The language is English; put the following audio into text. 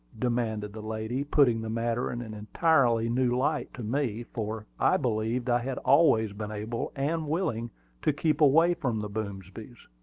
demanded the lady, putting the matter in an entirely new light to me, for i believed i had always been able and willing to keep away from the boomsbys.